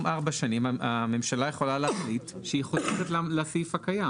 ניתן אפשרות להתייחס אליהם אבל קצר ולעניין.